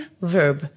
verb